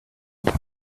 would